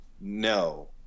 no